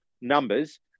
numbers